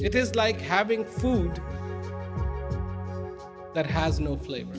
it is like having food that has no flavor